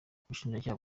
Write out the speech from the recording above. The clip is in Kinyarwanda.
ubushinjacyaha